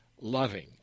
loving